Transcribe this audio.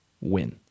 Win